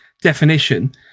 definition